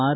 R